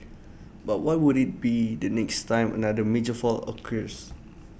but what would IT be the next time another major fault occurs